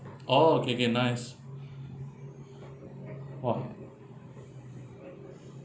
oh okay okay nice !wah!